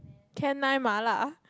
Can Nine MaLa